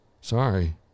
Sorry